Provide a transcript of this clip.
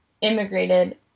immigrated